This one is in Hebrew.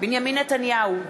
בנימין נתניהו,